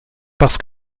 parce